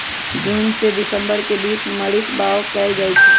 जून से दिसंबर के बीच मरीच बाओ कएल जाइछइ